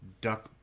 Duck